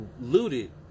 looted